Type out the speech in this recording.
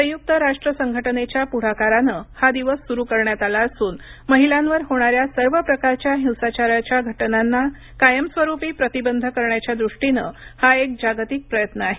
संयुक्त राष्ट्र संघटनेच्या पुढाकारानं हा दिवस सुरु करण्यात आला असून महिलांवर होणा या सर्व प्रकारच्या हिंसाचाराच्या घटनांना कायमस्वरूपी प्रतिबंध करण्याच्या दृष्टीनं हा एक जागतिक प्रयत्न आहे